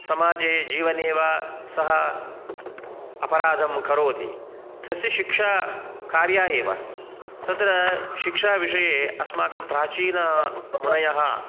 समाजे जीवने वा सः अपराधं करोति तस्य शिक्षा कार्या एव तत्र शिक्षाविषये अस्माकं प्राचीनमुनयः